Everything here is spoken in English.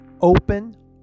open